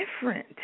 different